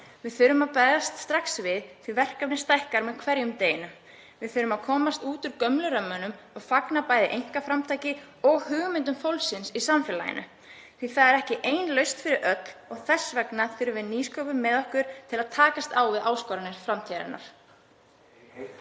Við þurfum að bregðast strax við því að verkefnið stækkar með hverjum deginum. Við þurfum að komast út úr gömlu römmunum og fagna bæði einkaframtaki og hugmyndum fólksins í samfélaginu því að það er ekki ein lausn fyrir öll. Þess vegna þurfum við nýsköpun með okkur til að takast á við áskoranir framtíðarinnar.